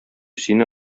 сине